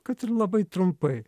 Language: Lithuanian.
kad ir labai trumpai